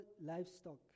livestock